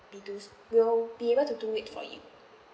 be do will be able to do it for you